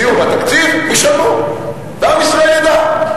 שימו בתקציב, ישלמו, ועם ישראל ידע.